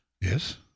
Yes